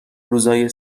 روزای